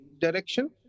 direction